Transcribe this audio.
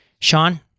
Sean